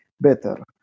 better